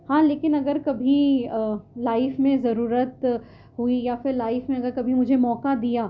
ہاں لیکن اگر کبھی لائف میں ضرورت ہوئی یا پھر لائف میں اگر کبھی مجھے موقع دیا